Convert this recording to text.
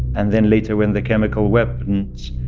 and then later, when the chemical weapons,